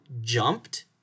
jumped